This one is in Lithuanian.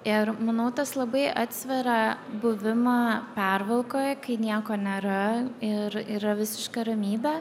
ir manau tas labai atsveria buvimą pervalkoj kai nieko nėra ir yra visiška ramybė